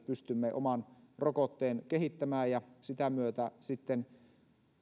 pystymme oman rokotteen kehittämään ja sitä myötä sitten